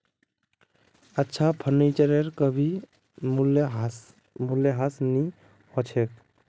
अच्छा फर्नीचरेर कभी मूल्यह्रास नी हो छेक